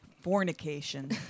fornication